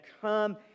come